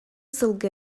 сылгы